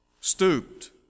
stooped